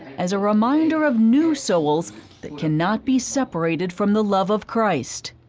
as a reminder of new souls that cannot be separated from the love of christ.